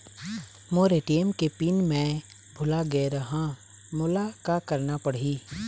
मोर ATM के pin मैं भुला गैर ह, मोला का करना पढ़ही?